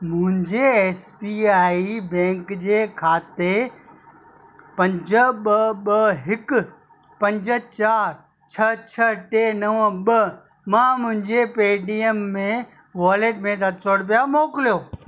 मुंहिंजे S B I bank जे खाते पंज ॿ ॿ हिकु पंज चारि छह छह टे नव ॿ मां मुंहिंजे पेडीएम में वॉलेट में सत सौ रुपिया मोकिलियो